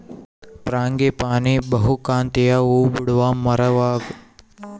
frangipani ಬಹುಕಾಂತೀಯ ಹೂಬಿಡುವ ಮರವಾಗದ ಹಿತ್ತಲಿನಾಗ ಬೆಳೆಯಬಹುದಾಗಿದೆ